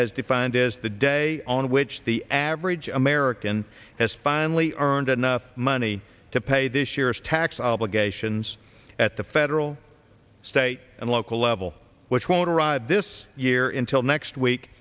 has defined as the day on which the average american has finally earned enough money to pay this year's tax obligations at the federal state and local level which won't arrive this year in till next week